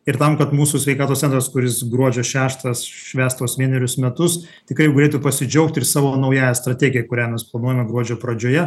ir tam kad mūsų sveikatos centras kuris gruodžio šeštą švęs tuos vienerius metus tikrai jau galėtų pasidžiaugti ir savo naująja strategija kurią mes planuojame gruodžio pradžioje